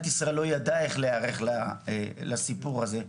ישראל לא ידעה איך להיערך לסיפור הזה,